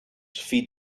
feed